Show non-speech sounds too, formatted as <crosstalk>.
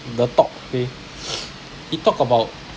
the talk okay <noise> he talk about